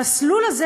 המסלול הזה,